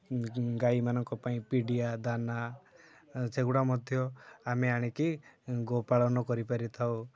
ଗାଈମାନଙ୍କ ପାଇଁ ପିଡ଼ିଆ ଦାନା ସେଗୁଡ଼ା ମଧ୍ୟ ଆମେ ଆଣିକି ଗୋପାଳନ କରିପାରିଥାଉ